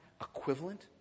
equivalent